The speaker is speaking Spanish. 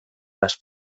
las